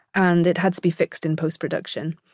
and it had to be fixed in post-production.